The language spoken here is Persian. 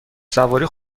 سواری